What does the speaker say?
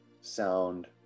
sound